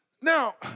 Now